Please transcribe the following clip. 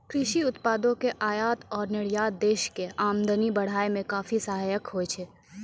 कृषि उत्पादों के आयात और निर्यात देश के आमदनी बढ़ाय मॅ काफी सहायक होय छै